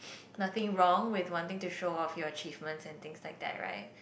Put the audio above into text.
nothing wrong with wanting to show off your achievements and things like that right